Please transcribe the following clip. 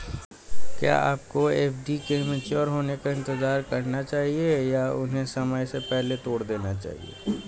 क्या आपको एफ.डी के मैच्योर होने का इंतज़ार करना चाहिए या उन्हें समय से पहले तोड़ देना चाहिए?